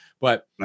But-